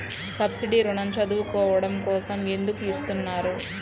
Subsidy ఋణం చదువుకోవడం కోసం ఎందుకు ఇస్తున్నారు?